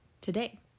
today